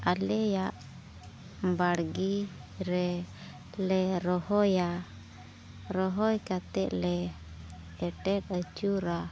ᱟᱞᱮᱭᱟᱜ ᱵᱟᱲᱜᱮ ᱨᱮᱞᱮ ᱨᱚᱦᱚᱭᱟ ᱨᱚᱦᱚᱭ ᱠᱟᱛᱮᱫ ᱞᱮ ᱮᱴᱮᱫ ᱟᱹᱪᱩᱨᱟ